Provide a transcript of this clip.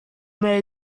may